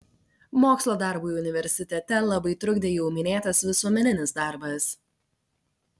mokslo darbui universitete labai trukdė jau minėtas visuomeninis darbas